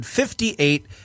58